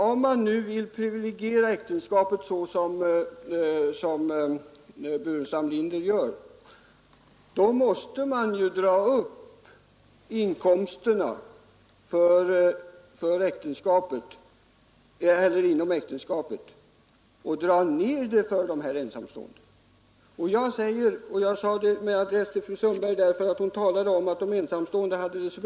Om man vill privilegiera äktenskapet så som herr Burenstam Linder vill, måste man ju dra upp inkomsterna för dem som lever inom äktenskapet och dra ner dem för ensamstående. Nr 135 Fredagen den 8 december 1972 anförde också ett exempel på att personer sammanlever men har två ——— bostäder.